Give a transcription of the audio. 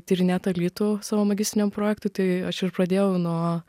tyrinėt alytų savo magistriniam projektui tai aš ir pradėjau nuo